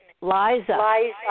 Liza